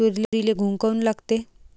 तुरीले घुंग काऊन लागते?